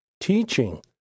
teaching